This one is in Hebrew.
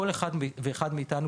כל אחד ואחד מאיתנו,